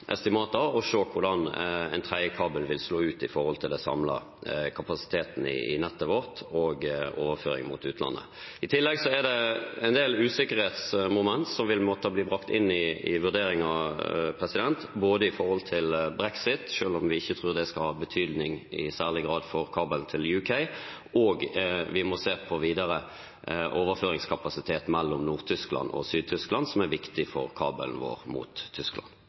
hvordan en tredje kabel vil slå ut med hensyn til den samlede kapasiteten i nettet vårt og overføring mot utlandet. I tillegg er det en del usikkerhetsmomenter som vil måtte bli brakt inn i vurderingen, med tanke på brexit – selv om vi ikke tror det skal ha noen særlig grad av betydning for kabel til UK – og vi må se på videre overføringskapasitet mellom Nord-Tyskland og Syd-Tyskland, som er viktig for kabelen vår mot Tyskland.